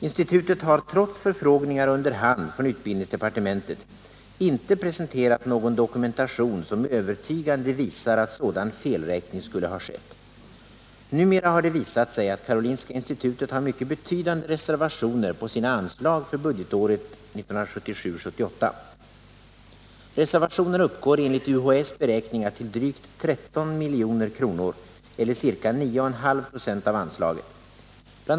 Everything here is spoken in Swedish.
Institutet har trots förfrågningar under hand från utbildningsdepartementet inte presenterat någon dokumentation som övertygande visar att sådan felräkning skulle ha skett. Numera har det visat sig att Karolinska institutet har mycket betydande reservationer på sina anslag för budgetåret 1977/78. Reservationerna uppgår enligt UHÄ:s beräkningar till drygt 13 milj.kr. eller ca 9,5 96 av anslaget. Bl.